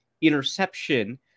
interception